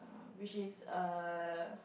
which is err